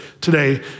today